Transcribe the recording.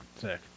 Sick